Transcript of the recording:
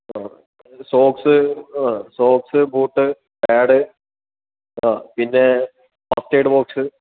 ആ സോക്സ് ആ socks boot pad ആ പിന്നെ ഫസ്റ്റ് ഐയ്ഡ് ബോക്സ്